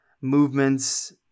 movements